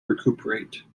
recuperate